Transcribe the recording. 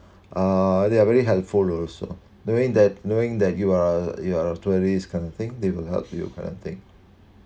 uh they are very helpful also knowing that knowing that you are you are a tourists kind of thing they will help you kind of thing